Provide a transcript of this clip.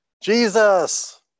Jesus